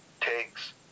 takes